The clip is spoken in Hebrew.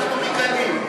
אנחנו מגנים,